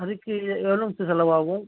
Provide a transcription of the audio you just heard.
அதுக்கு எவ்வளோங்க சார் செலவாகும்